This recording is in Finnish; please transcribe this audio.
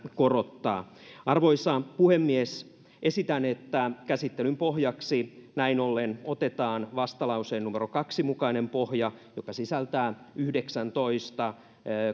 korottaa arvoisa puhemies esitän että käsittelyn pohjaksi näin ollen otetaan vastalauseen numero kahden mukainen pohja joka sisältää yhdeksäntoista